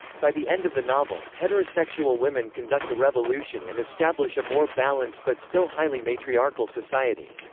by the end of the novel, heterosexual women conduct a revolution and establish a more balanced but still highly matriarchal society.